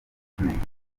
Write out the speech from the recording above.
kimenyi